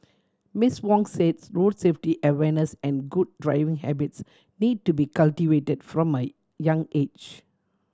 Miss Wong says road safety awareness and good driving habits need to be cultivated from a young age